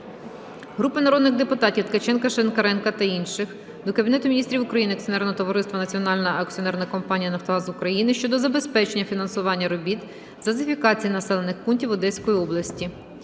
Групи народних депутатів (Ткаченка, Шинкаренка та інших) до Кабінету Міністрів України, Акціонерного товариства "Національна акціонерна компанія "Нафтогаз України" щодо забезпечення фінансування робіт з газифікації населених пунктів Одеської області.